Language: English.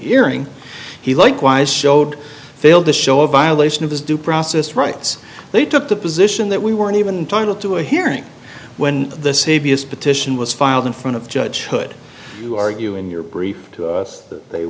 hearing he likewise showed failed to show a violation of his due process rights they took the position that we weren't even title to a hearing when the c b s petition was filed in front of judge could you argue in your brief that they